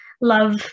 love